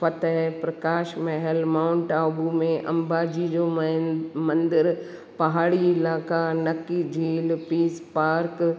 फतेह Prakash Mahal Mount Abu में अंबाजी जो main मंदरु पहाड़ी इलाइक़ा नक्की झील पीस पार्क